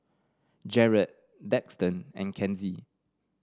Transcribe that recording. Jaret Daxton and Kenzie